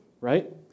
right